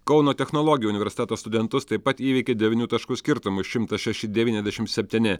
kauno technologijų universiteto studentus taip pat įveikė devynių taškų skirtumu šimtas šeši devyniasdešimt septyni